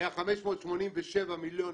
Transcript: היה 587 מיליון